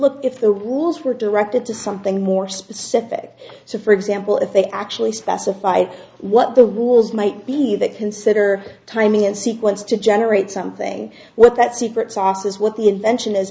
look if the rules were directed to something more specific so for example if they actually specified what the rules might be that consider the timing and sequence to generate something what that secret sauce is what the invention is